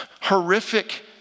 horrific